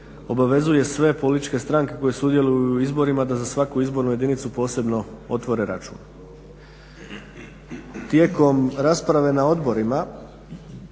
obvezuje sve političke stranke koje sudjeluju u izborima da za svaku izbornu jedinicu posebno otvore račun. Tijekom rasprave na odborima